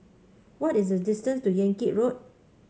what is the distance to Yan Kit Road